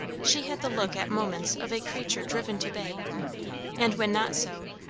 she had the look at moments of a creature driven to bay and when not so,